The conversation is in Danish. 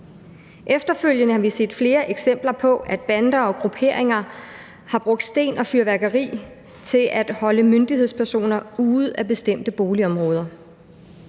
Efterfølgende har vi set flere eksempler på, at bander og grupperinger har brugt sten og fyrværkeri til at holde myndighedspersoner ude af bestemte boligområder.